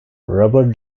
robert